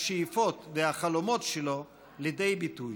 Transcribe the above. השאיפות והחלומות שלו לידי ביטוי.